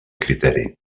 criteri